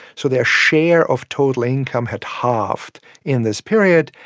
so their share of total income had halved in this period,